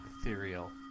Ethereal